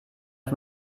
auf